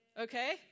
Okay